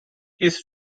his